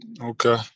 okay